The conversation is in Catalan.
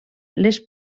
les